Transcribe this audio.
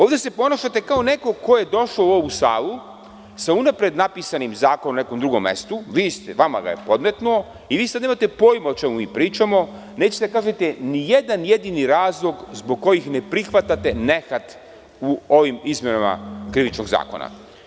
Ovde se ponašate kao neko ko je došao u ovu salu sa unapred napisanim zakonom na nekom drugom mestu, vama ga je neko podmetnuo i vi sada nemate pojma o čemu mi pričamo i nećete da kažete nijedan jedini razlog zbog kojih ne prihvatate nehat u ovim izmenama Krivičnog zakona.